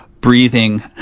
breathing